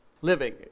living